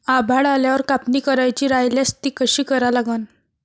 आभाळ आल्यावर कापनी करायची राह्यल्यास ती कशी करा लागन?